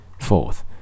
Fourth